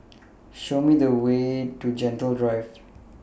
Show Me The Way to Gentle Drive